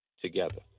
together